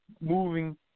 moving